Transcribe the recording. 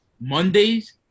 Mondays